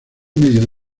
medio